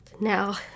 Now